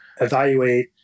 evaluate